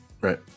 right